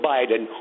Biden